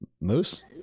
Moose